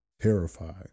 terrified